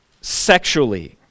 sexually